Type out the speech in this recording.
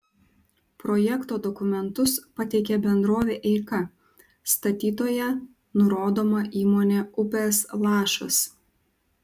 projekto dokumentus pateikė bendrovė eika statytoja nurodoma įmonė upės lašas